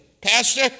pastor